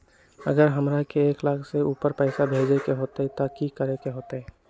अगर हमरा एक लाख से ऊपर पैसा भेजे के होतई त की करेके होतय?